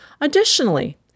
Additionally